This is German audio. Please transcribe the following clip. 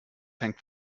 hängt